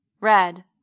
Red